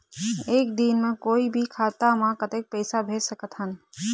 एक दिन म कोई भी खाता मा कतक पैसा भेज सकत हन?